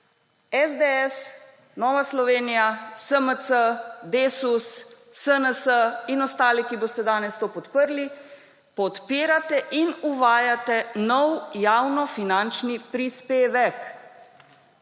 SDS, Nova Slovenija, SMC, DESUS, SNS in ostali, ki boste danes to podprli, podpirate in uvajate nov javnofinančni prispevek.